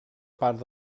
part